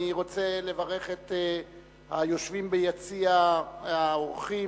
אני רוצה לברך את היושבים ביציע האורחים,